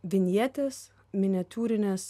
vinjetės miniatiūrinės